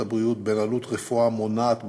הבריאות בין עלות רפואה מונעת בקהילה,